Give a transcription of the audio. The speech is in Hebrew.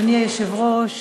אדוני היושב-ראש,